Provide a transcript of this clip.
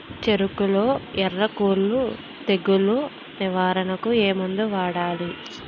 చెఱకులో ఎర్రకుళ్ళు తెగులు నివారణకు ఏ మందు వాడాలి?